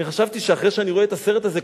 אני חשבתי שאחרי שאני רואה את הסרט הזה,